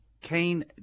Kane